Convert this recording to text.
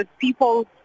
People